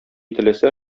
теләсә